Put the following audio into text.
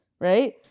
right